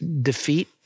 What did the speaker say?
defeat